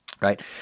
right